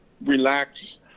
Relax